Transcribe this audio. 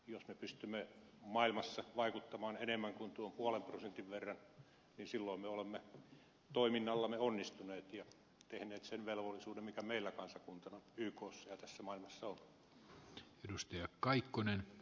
jos me pystymme maailmassa vaikuttamaan enemmän kuin tuon puolen prosentin verran niin silloin me olemme toiminnallamme onnistuneet ja tehneet sen velvollisuuden mikä meillä kansakuntana ykssa ja tässä maailmassa on